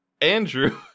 andrew